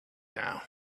now